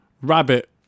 rabbit